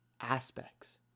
aspects